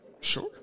Sure